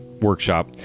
Workshop